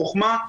חוכמה,